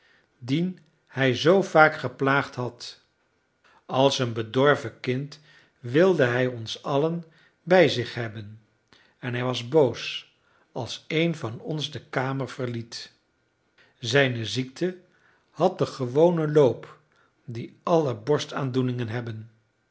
dien hij zoo vaak geplaagd had als een bedorven kind wilde hij ons allen bij zich hebben en hij was boos als een van ons de kamer verliet zijne ziekte had den gewonen loop dien alle borstaandoeningen hebben